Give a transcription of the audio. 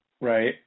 Right